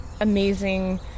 amazing